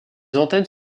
antennes